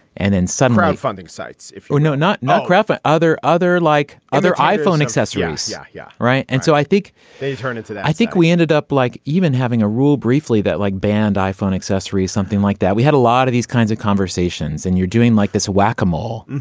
and then some crowdfunding sites if you know not not craft other other like other iphone accessories. yeah. yeah right. and so i think they've turned into that i think we ended up like even having a rule briefly that like banned iphone accessory or something like that we had a lot of these kinds of conversations and you're doing like this whack a mole.